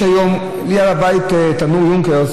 יש היום, לי היה בבית תנור יונקרס.